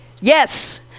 Yes